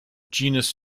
genus